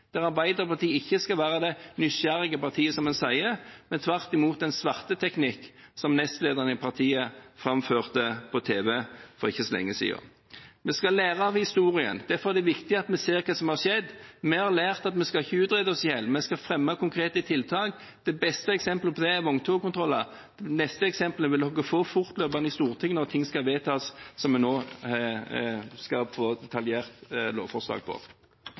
der Arbeiderpartiet ikke skal være det nysgjerrige partiet som en sier, men tvert imot driver en sverteteknikk, slik nestlederen i partiet framførte det på tv for ikke så lenge siden. Vi skal lære av historien. Derfor er det viktig at vi ser hva som har skjedd. Vi har lært at vi ikke skal utrede oss i hjel, vi skal fremme konkrete tiltak. Det beste eksempelet på det er vogntogkontroller. De neste eksemplene vil dere få fortløpende i Stortinget når ting skal vedtas – og som vi nå skal få et detaljert lovforslag